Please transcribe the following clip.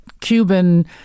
Cuban